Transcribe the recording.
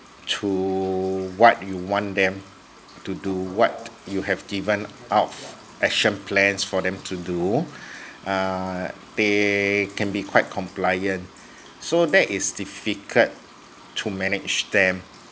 to what you want them to do what you have given out action plans for them to do uh they can be quite compliant so that is difficult to manage them